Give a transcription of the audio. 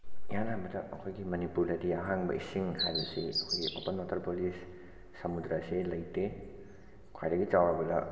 ꯏꯍꯥꯟ ꯍꯥꯟꯕꯗ ꯑꯩꯈꯣꯏꯒꯤ ꯃꯅꯤꯄꯨꯔꯗꯗꯤ ꯑꯍꯥꯡꯕ ꯏꯁꯤꯡ ꯍꯥꯏꯕꯁꯤ ꯑꯩꯈꯣꯏꯒꯤ ꯑꯣꯄꯟ ꯋꯥꯇꯔ ꯕꯣꯗꯤꯁ ꯁꯃꯨꯗ꯭ꯔꯥꯁꯤ ꯂꯩꯇꯦ ꯈ꯭ꯋꯥꯏꯗꯒꯤ ꯆꯥꯎꯔꯕꯗ